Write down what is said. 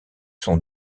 son